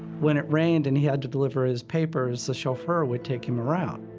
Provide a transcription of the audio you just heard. when it rained and he had to deliver his papers, chauffeur would take him around.